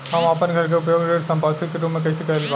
हम आपन घर के उपयोग ऋण संपार्श्विक के रूप में कइले बानी